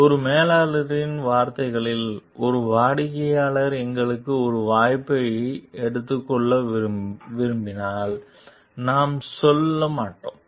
எனவே ஒரு மேலாளரின் வார்த்தைகளில் ஒரு வாடிக்கையாளர் எங்களுக்கு ஒரு வாய்ப்பை எடுத்துக் கொள்ள விரும்பினால் நாம் செல்ல மாட்டோம்